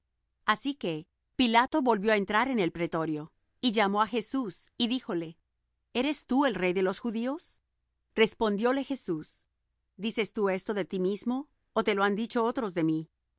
así que pilato volvió á entrar en el pretorio y llamó á jesús y díjole eres tú el rey de los judíos respondióle jesús dices tú esto de ti mismo ó te lo han dicho otros de mí